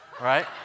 right